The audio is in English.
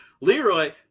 Leroy